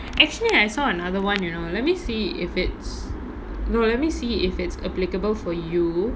actually I saw another one you know let me see if it's no let me see if it's applicable for you